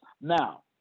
Now